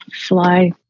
fly